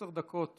עשר דקות